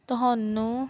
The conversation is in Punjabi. ਤੁਹਾਨੂੰ